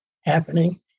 happening